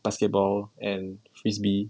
basketball and frisbee